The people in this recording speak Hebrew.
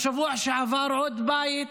בשבוע שעבר עוד בית,